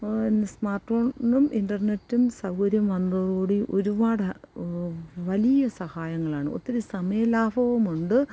smart ഫോണും ഇൻറ്റർനെറ്റും സൗകര്യം വന്നതോടു കൂടി ഒരുപാട് വലിയ സഹായങ്ങളാണ് ഒത്തിരി സമയലാഭമുണ്ട്